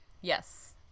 Yes